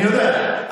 אני יודע.